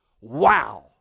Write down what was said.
Wow